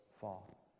fall